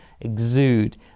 exude